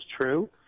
true